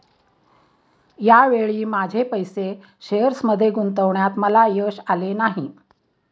या वेळी माझे पैसे शेअर्समध्ये गुंतवण्यात मला यश आले नाही